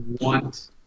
want